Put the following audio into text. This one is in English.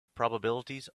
probabilities